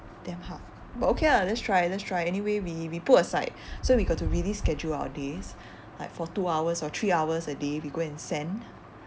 damn hard but okay ah let's try let's try anyway we we put aside so we got to really schedule our days like for two hours or three hours a day we go and send